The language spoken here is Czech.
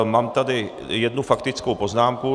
Mám tady jednu faktickou poznámku.